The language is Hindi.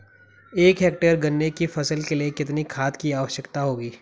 एक हेक्टेयर गन्ने की फसल के लिए कितनी खाद की आवश्यकता होगी?